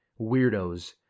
weirdos